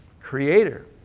Creator